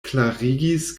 klarigis